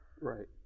Right